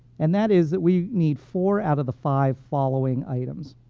and that is that we need four out of the five following items.